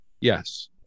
yes